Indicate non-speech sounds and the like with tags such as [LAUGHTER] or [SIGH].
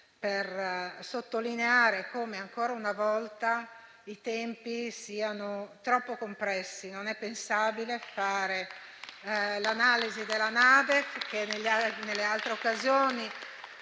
per sottolineare come, ancora una volta, i tempi siano troppo compressi. [APPLAUSE] Non è pensabile fare l'analisi della NADEF, che nelle altre occasioni